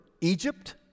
Egypt